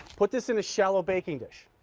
put this in a shallow baking dish.